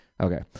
Okay